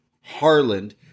Harland